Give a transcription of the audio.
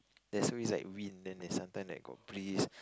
there's always like wind then there sometime like got breeze